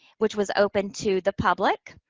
which was open to the public.